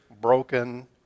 broken